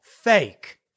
fake